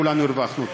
כולנו הרווחנו.